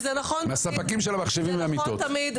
וזה נכון תמיד.